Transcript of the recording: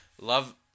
love